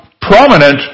prominent